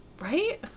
Right